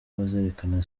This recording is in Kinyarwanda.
bazerekana